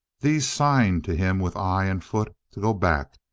these signed to him with eye and foot to go back,